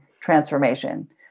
transformation